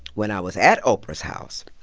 when i was at oprah's house,